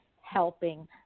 helping